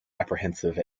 apprehensive